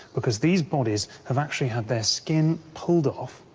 because these bodies have actually had their skin pulled off,